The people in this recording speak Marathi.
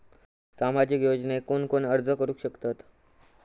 सामाजिक योजनेक कोण कोण अर्ज करू शकतत?